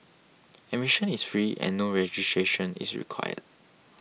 admission is free and no registration is required